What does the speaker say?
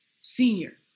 Senior